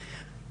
תודה.